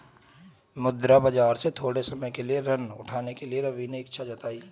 मुद्रा बाजार से थोड़े समय के लिए ऋण उठाने के लिए रवि ने इच्छा जताई